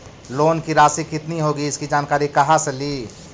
Loan की रासि कितनी होगी इसकी जानकारी कहा से ली?